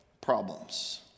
problems